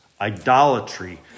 idolatry